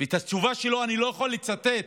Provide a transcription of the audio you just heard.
ואת התשובה שלו אני לא יכול לצטט,